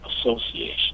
Association